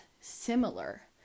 similar